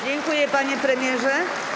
Dziękuję, panie premierze.